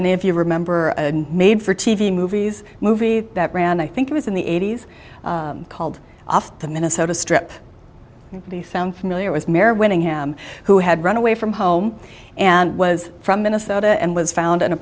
of you remember a made for t v movies movie that ran i think it was in the eighty's called off the minnesota strip they found familiar with mary winning him who had run away from home and was from minnesota and was found in a